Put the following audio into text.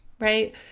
right